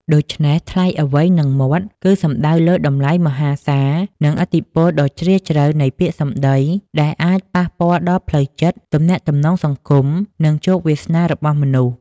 ដូច្នេះ "ថ្លៃអ្វីនឹងមាត់" គឺសំដៅលើ តម្លៃដ៏មហាសាល និងឥទ្ធិពលដ៏ជ្រាលជ្រៅ នៃពាក្យសម្ដី ដែលអាចប៉ះពាល់ដល់ផ្លូវចិត្ត ទំនាក់ទំនងសង្គម និងជោគវាសនារបស់មនុស្ស។